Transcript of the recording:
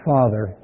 Father